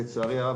לצערי הרב,